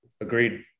Agreed